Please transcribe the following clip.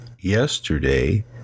yesterday